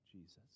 Jesus